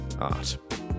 art